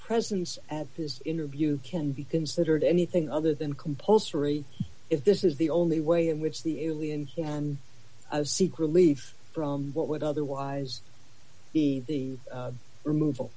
presence at this interview can be considered anything other than compulsory if this is the only way in which the alien seek relief from what would otherwise be the removal